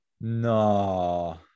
no